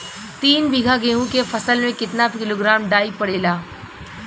तीन बिघा गेहूँ के फसल मे कितना किलोग्राम डाई पड़ेला?